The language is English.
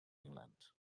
england